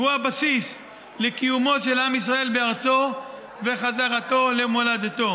והוא הבסיס לקיומו של עם ישראל בארצו ולחזרתו למולדתו.